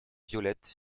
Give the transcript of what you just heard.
violettes